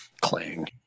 Clang